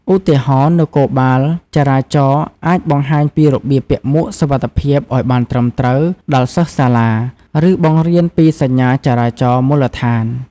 ឧទាហរណ៍ នគរបាលចរាចរណ៍អាចបង្ហាញពីរបៀបពាក់មួកសុវត្ថិភាពឲ្យបានត្រឹមត្រូវដល់សិស្សសាលា ឬបង្រៀនពីសញ្ញាចរាចរណ៍មូលដ្ឋាន។